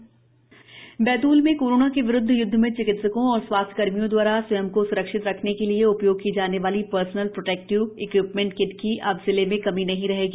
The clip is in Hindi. स्रस्ती किट बैतूल में कोरोना के विरूदध यूदध में चिकित्सकों एवं स्वास्थ्यकर्मियों दवारा स्वयं को स्रक्षित रखने के लिए उपयोग की जाने वाली पर्सनल प्रोटेक्टिव इक्विपमेंट किट की अब जिले में कमी नहीं रहेगी